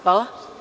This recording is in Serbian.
Hvala.